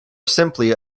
simply